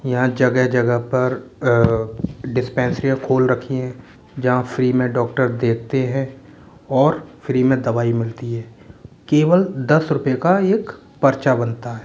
यहाँ जगह जगह पर डिस्पेंसरियाँ खोल रखी हैं जहाँ फ़्री में डॉक्टर देखते हैं और फ़्री में दवाई मिलती है केवल दस रुपये का एक पर्चा बनता है